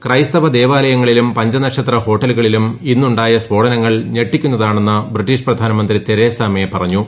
ക്രൈസ്തവ ദേവാലയങ്ങളിലും പഞ്ചനക്ഷത്രഹോട്ടലുകളിലും ഇന്നുണ്ടായ സ്ഫോടനങ്ങൾ ഞെട്ടിക്കുന്നതാണെന്ന് ബ്രട്ടീഷ് പ്രധാനമന്ത്രി തെരേസാ മേ പറഞ്ഞു